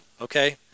okay